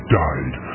died